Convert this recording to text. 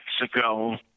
Mexico